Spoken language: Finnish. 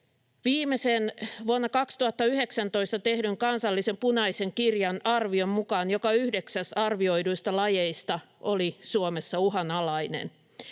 Viimeisen, vuonna 2019 tehdyn kansallisen punaisen kirjan arvion mukaan joka yhdeksäs arvioiduista lajeista oli Suomessa uhanalainen.